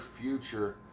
future